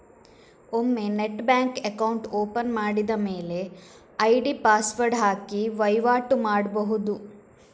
ಒಮ್ಮೆ net bank account open ಮಾಡಿದ ಮೇಲೆ ಐಡಿ ಪಾಸ್ವರ್ಡ್ ಹಾಕಿ ವೈವಾಟು ಮಾಡ್ಬಹುದು